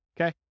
okay